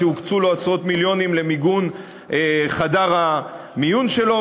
שהוקצו לו עשרות מיליונים למיגון חדר המיון שלו,